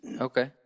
Okay